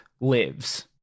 lives